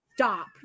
stop